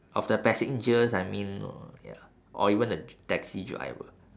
of the passengers I mean or ya or even the dr~ taxi driver